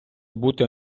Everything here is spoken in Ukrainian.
бути